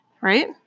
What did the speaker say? right